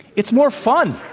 it's more fun.